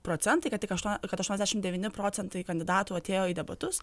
procentai kad tik aštuo kad aštuoniasdešim devyni procentai kandidatų atėjo į debatus